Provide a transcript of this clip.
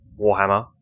Warhammer